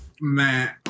man